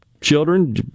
children